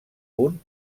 punt